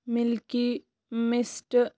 milky mist